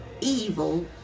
evil